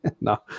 No